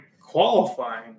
qualifying